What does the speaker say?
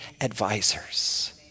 advisors